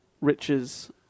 riches